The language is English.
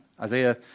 Isaiah